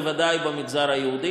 בוודאי במגזר היהודי,